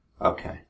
Okay